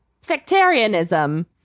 sectarianism